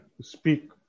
speak